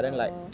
oh